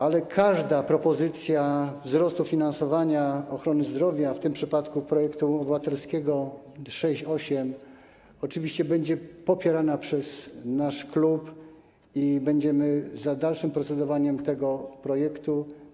Ale każda propozycja wzrostu finansowania ochrony zdrowia, w tym przypadku projektu obywatelskiego 6,8, oczywiście będzie popierana przez nasz klub i będziemy za dalszym procedowaniem nad tym projektem.